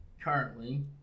currently